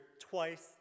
twice